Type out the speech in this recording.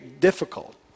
difficult